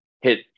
hit